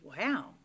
wow